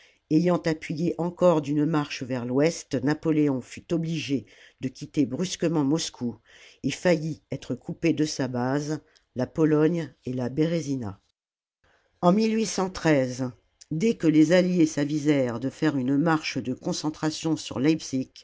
ayant appuyé encore d'une marche vers l'ouest napoléon fut obligé de quitter brusquement moscou et faillit être coupé de sa base la pologne et la érésina n dès que les alliés s'avisèrent de faire une marche de concentration sur